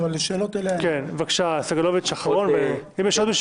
עכשיו אנחנו רואים תקנות שמותקנות מכוח